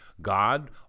God